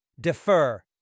defer